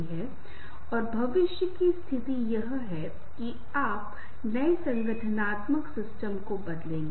इसलिए हम किसी प्रकार के संबंध को विकसित करते हैं इसे आप कुछ पासिंग रिलेशनशिपके नाम से जानते हैं